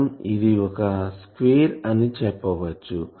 మనం ఇది ఒక స్క్వేర్ అని చెప్పవచ్చు